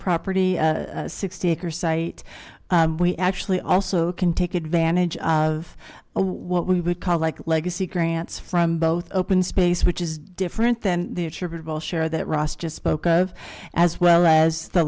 property sixty acre site we actually also can take advantage of what we would call like legacy grants from both open space which is different than the attributable share that ross just spoke of as well as the